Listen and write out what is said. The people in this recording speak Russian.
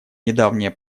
недавнее